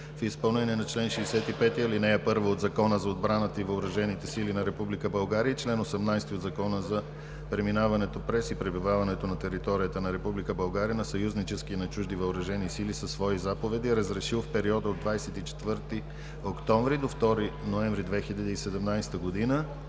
в изпълнение на чл. 65. ал. 1 от Закона за отбраната и въоръжените сили на Република България и чл. 18 от Закона за преминаването през и пребиваването на територията на Република България на съюзнически и чужди въоръжени сили със свои заповеди е разрешил в периода от 24 октомври до 2 ноември 2017 г.